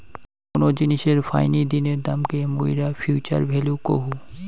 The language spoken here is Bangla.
কোন জিনিসের ফাইনি দিনের দামকে মুইরা ফিউচার ভ্যালু কহু